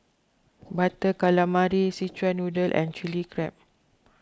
Butter Calamari Szechuan Noodle and Chilli Crab